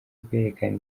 kwerekana